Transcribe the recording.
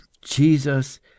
jesus